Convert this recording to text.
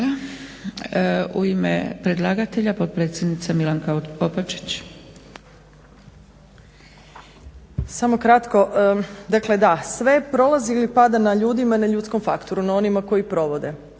U ime predlagatelja, potpredsjednica Milanka Opačić. **Opačić, Milanka (SDP)** Samo kratko. Dakle da, sve prolazi ili pada na ljudima i na ljudskom faktoru, na onima koji provode.